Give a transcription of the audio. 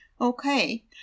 Okay